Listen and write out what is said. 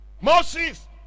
Moses